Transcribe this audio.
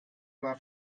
war